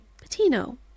Patino